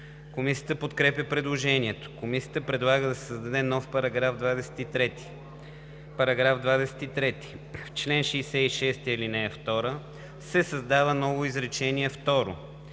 Комисията подкрепя предложението. Комисията предлага да се създаде нов § 23: „§ 23. В чл. 66, ал. 2 се създава ново изречение второ: